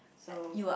so